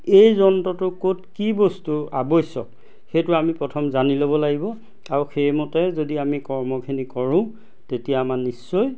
এই যন্ত্ৰটো ক'ত কি বস্তুৰ আৱশ্যক সেইটো আমি প্ৰথম জানি ল'ব লাগিব আৰু সেইমতে যদি আমি কৰ্মখিনি কৰোঁ তেতিয়া আমাৰ নিশ্চয়